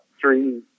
three